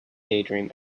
daydream